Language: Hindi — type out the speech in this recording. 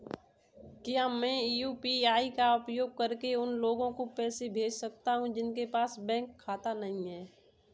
क्या मैं यू.पी.आई का उपयोग करके उन लोगों को पैसे भेज सकता हूँ जिनके पास बैंक खाता नहीं है?